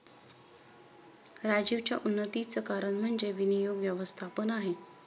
राजीवच्या उन्नतीचं कारण म्हणजे विनियोग व्यवस्थापन आहे